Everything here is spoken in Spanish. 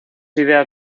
ideas